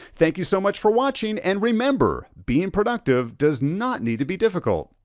thank you so much for watching and remember, being productive does not need to be difficult.